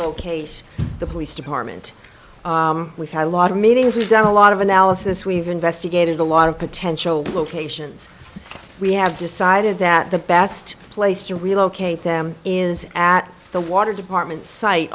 locate the police department we've had a lot of meetings we've done a lot of analysis we've investigated a lot of potential locations we have decided that the best place to relocate them is at the water department site